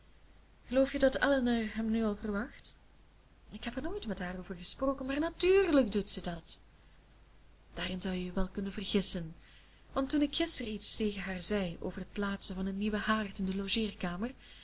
geloof je dat elinor hem nu al verwacht ik heb er nooit met haar over gesproken maar natuurlijk doet ze dat daarin zou je je wel kunnen vergissen want toen ik gisteren iets tegen haar zei over t plaatsen van een nieuwen haard in de